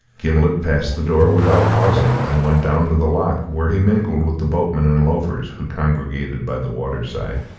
gimblet passed the door without pausing and went down to the loch, where he mingled with the boatmen and loafers who congregated by the waterside.